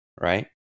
right